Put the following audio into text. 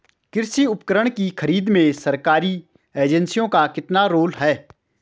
कृषि उपकरण की खरीद में सरकारी एजेंसियों का कितना रोल है?